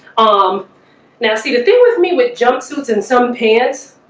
um now see the thing with me with jumpsuits in some pants.